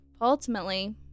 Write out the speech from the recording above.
Ultimately